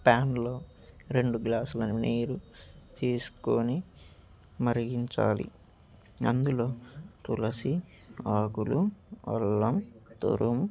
ప్యాన్లో రెండు గ్లాసుల నీరు తీసుకుని మరిగించాలి అందులో తులసి ఆకులు అల్లం తురుము